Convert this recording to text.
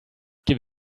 give